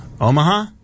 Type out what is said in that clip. Omaha